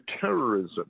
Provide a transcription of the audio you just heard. terrorism